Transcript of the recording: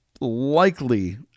likely